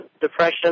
depression